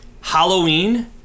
Halloween